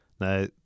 now